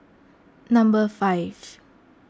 number five